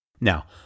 Now